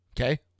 Okay